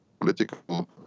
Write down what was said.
political